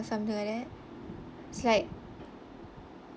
something like that it's like